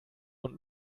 und